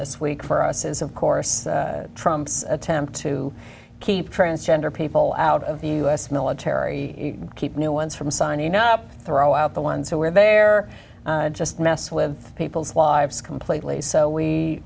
this week for us is of course trumps attempt to keep transgender people out of the u s military keep new ones from signing up throw out the ones who are there just mess with people's lives completely so we